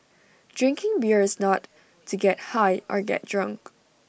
drinking beer is not to get high or get drunk